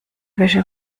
wäsche